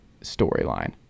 storyline